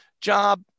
job